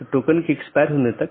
यह महत्वपूर्ण है